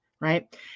Right